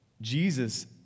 Jesus